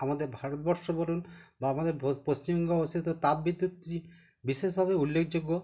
আমাদের ভারতবর্ষ বলুন বা আমাদের পশ্চিমবঙ্গে অবস্থিত তাপবিদ্যুৎটি বিশেষভাবে উল্লেখযোগ্য